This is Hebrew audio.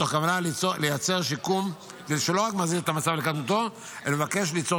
מתוך כוונה לייצר שיקום שלא רק מחזיר את המצב לקדמותו אלא מבקש ליצור